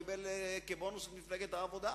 הוא קיבל כבונוס את מפלגת העבודה,